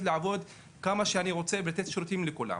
לעבוד כמה שאני רוצה ולתת שירותים לכולם.